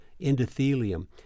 endothelium